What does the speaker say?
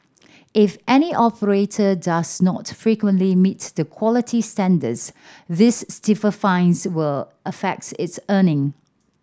if any operator does not frequently meet the quality standards these stiffer fines will affects its earning